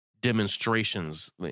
demonstrations